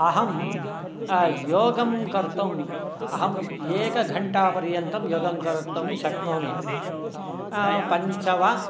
अहं योगं कर्तुम् अहम् एकघण्टापर्यन्तं योगं कर्तुं शक्नोमि पञ्च वा